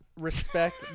respect